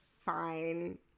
fine